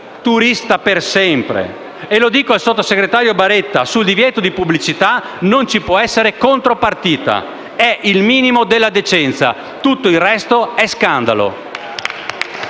«Turista per sempre». Mi rivolgo al sottosegretario Baretta: sul divieto di pubblicità non ci può essere contropartita, è il minimo della decenza. Tutto il resto è scandalo.